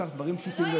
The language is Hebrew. שדברים כל כך פשוטים,